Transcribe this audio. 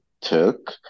took